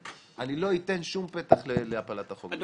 אני לא אתן שום פתח להפלת החוק בבג"ץ.